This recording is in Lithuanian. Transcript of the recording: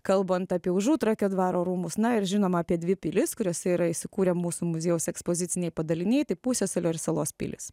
kalbant apie užutrakio dvaro rūmus na ir žinoma apie dvi pilis kuriose yra įsikūrę mūsų muziejaus ekspoziciniai padaliniai tai pusiasalio ir salos pilys